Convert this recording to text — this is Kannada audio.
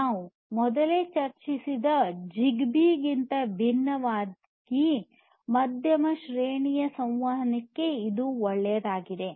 ನಾವು ಮೊದಲೇ ಚರ್ಚಿಸಿದ ಜಿಗ್ಬೀಗಿಂತ ಭಿನ್ನವಾಗಿ ಮಧ್ಯಮ ಶ್ರೇಣಿಯ ಸಂವಹನಕ್ಕೆ ಇದು ಒಳ್ಳೆ ಯದಾಗಿದೆ